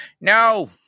no